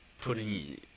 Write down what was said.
putting